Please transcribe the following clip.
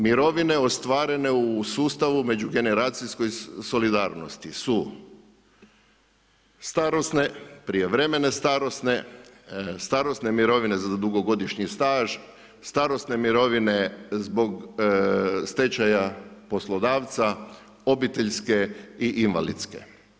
Mirovine ostvarene u sustavu međugeneracijskoj solidarnosti su starosne, prijevremene starosne, starosne mirovine za dugogodišnji staž, starosne mirovine zbog stečaja poslodavca, obiteljske i invalidske.